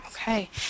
Okay